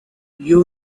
you